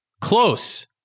Close